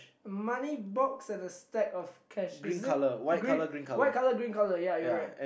money box and a stack of cash is it green white colour green colour ya you're right